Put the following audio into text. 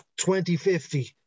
2050